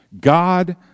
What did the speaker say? God